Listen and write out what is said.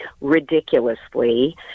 ridiculously